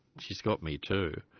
she's got me too.